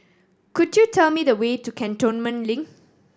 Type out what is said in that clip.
could you tell me the way to Cantonment Link